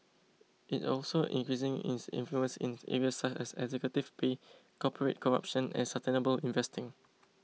it's also increasing its influence in areas such as executive pay corporate corruption and sustainable investing